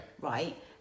Right